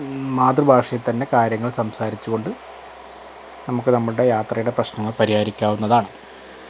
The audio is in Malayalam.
മാതൃഭാഷയിൽത്തന്നെ കാര്യങ്ങൾ സംസാരിച്ചുകൊണ്ട് നമുക്ക് നമ്മളുടെ യാത്രയുടെ പ്രശ്നങ്ങൾ പരിഹരിക്കാവുന്നതാണ്